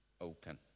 open